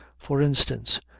for instance,